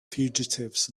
fugitives